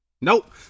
Nope